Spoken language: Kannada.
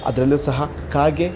ಅದರಲ್ಲು ಸಹ ಕಾಗೆ